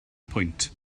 pwynt